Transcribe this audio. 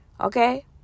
Okay